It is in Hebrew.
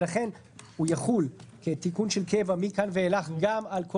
ולכן הוא יחול כתיקון של קבע מכאן ואילך גם על כל